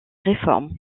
réformes